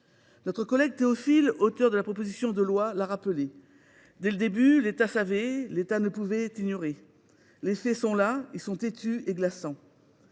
Notre collègue Théophile, auteur de la proposition de loi, l’a rappelé : dès le début, l’État savait, il ne pouvait ignorer. Les faits sont là, têtus et glaçants.